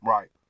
Right